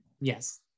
Yes